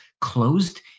closed